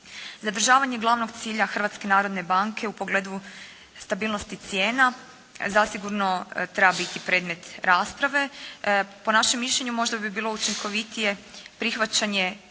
Zadržavanje glavnog cilja Hrvatske narodne banke u pogledu stabilnosti cijena zasigurno treba biti predmet rasprave. Po našem mišljenju možda bi bilo učinkovitije prihvaćanje